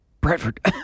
Bradford